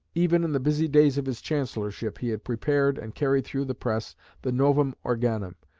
even in the busy days of his chancellorship he had prepared and carried through the press the novum organum,